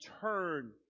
turn